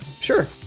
Sure